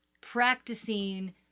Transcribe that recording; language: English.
practicing